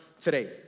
Today